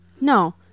No